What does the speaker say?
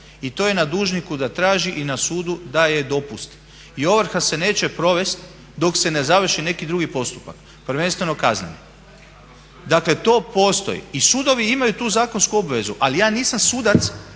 i to je na dužniku da traži i na sudu daje dopust. I ovrha se neće provesti dok se ne završi neki drugi postupak, prvenstveno kazneni. Dakle, to postoji i sudovi imaju tu zakonsku obvezu. Ali ja nisam sudac